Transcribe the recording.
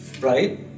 Right